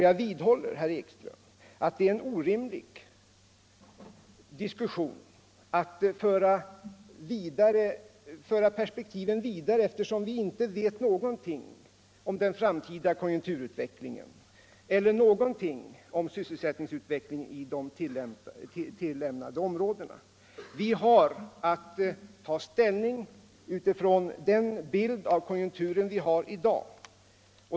Jag vidhåller, herr Ekström, att det är orimligt att föra perspektiven vidare, eftersom vi inte vet någonting om den framtida konjunkturutvecklingen eller om sysselsättningsutvecklingen i det inre stödområdet. Vi har att ta ställning utifrån den bild av konjunkturen vi har i dag.